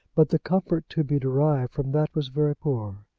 but the comfort to be derived from that was very poor.